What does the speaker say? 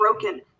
broken